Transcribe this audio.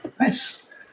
Nice